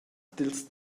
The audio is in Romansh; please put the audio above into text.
dils